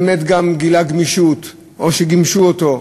באמת גם גילה גמישות, או שהגמישו אותו.